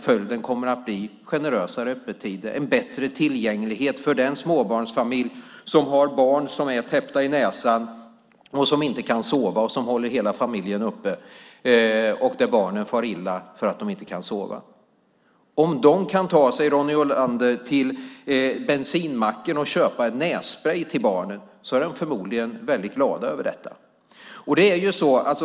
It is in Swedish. Följden kommer att bli generösare öppettider och bättre tillgänglighet för den småbarnsfamilj som har barn som är täppta i näsan och inte kan sova och håller hela familjen uppe och där barnen far illa för att de inte kan sova. Om de kan ta sig till bensinmacken, Ronny Olander, och köpa nässprej till barnen är de förmodligen väldigt glada över detta.